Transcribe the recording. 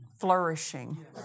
Flourishing